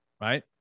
right